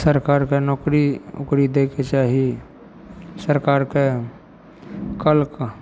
सरकारके नौकरी उकरी दैके चाही सरकारके कलका